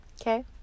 Okay